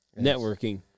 Networking